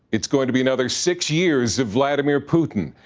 it's going to be another six years of vladimir putin.